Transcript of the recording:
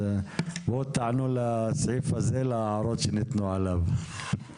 אז בואו תענו לסעיף הזה, להערות שניתנו עליו.